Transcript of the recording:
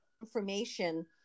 information